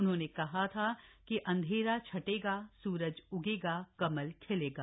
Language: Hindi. उन्होंने कहा था अंधेरा छंटेगा सूरज उगेगा कमल खिलेगा